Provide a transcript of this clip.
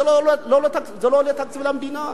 אין פה תקציב למדינה.